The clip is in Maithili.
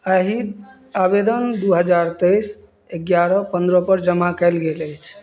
आओर आवेदन दुइ हजार तेइस एगारह पनरहपर जमा कएल गेल अछि